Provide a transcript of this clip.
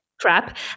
crap